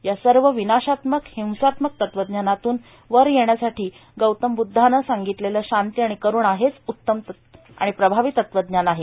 या सर्व विनाशात्मक हिंसात्मक तत्वज्ञानातून वर येण्यासाठी गौतम ब्ध्दाने सांगितले शांती आणि करूणा हेच उत्तम आणि प्रभावी तत्वज्ञान आहे